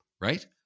right